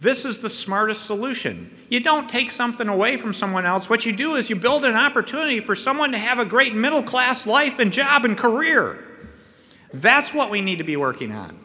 this is the smartest solution you don't take something away from someone else what you do is you build an opportunity for someone to have a great middle class life and job and career that's what we need to be working on